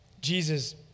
Jesus